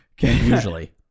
usually